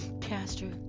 Pastor